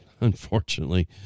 unfortunately